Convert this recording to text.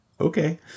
Okay